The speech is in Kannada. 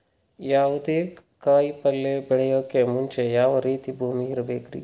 ಯಾವುದೇ ಕಾಯಿ ಪಲ್ಯ ಬೆಳೆಯೋಕ್ ಮುಂಚೆ ಯಾವ ರೀತಿ ಭೂಮಿ ಇರಬೇಕ್ರಿ?